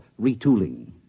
retooling